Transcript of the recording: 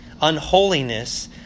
unholiness